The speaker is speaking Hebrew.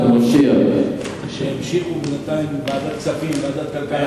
שימשיכו בינתיים לדון בוועדות.